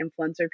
influencer